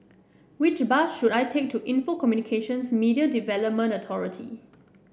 which bus should I take to Info Communications Media Development Authority